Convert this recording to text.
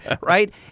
right